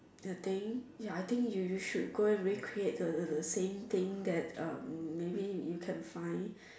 you think ya I think you you should go recreate the the the same thing that um maybe you can find